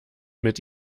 mit